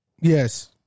Yes